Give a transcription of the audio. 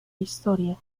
historia